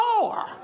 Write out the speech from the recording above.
more